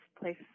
place